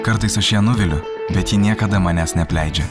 kartais aš ją nuviliu bet ji niekada manęs neapleidžia